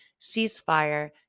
ceasefire